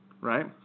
Right